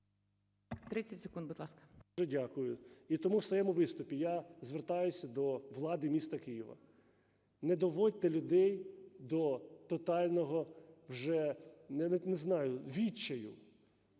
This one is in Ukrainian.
30 секунд, будь ласка. ЛЕЩЕНКО С.А. Дуже дякую. І тому в своєму виступі я звертаюся до влади міста Києва. Не доводьте людей до тотального вже, я навіть не знаю, відчаю